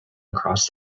across